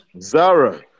Zara